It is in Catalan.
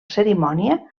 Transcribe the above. cerimònia